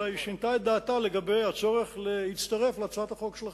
אלא היא שינתה את דעתה לגבי הצורך להצטרף להצעת החוק שלכם.